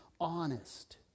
honest